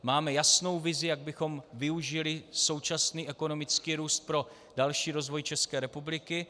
Máme jasnou vizi, jak bychom využili současný ekonomický růst pro další rozvoj České republiky.